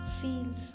feels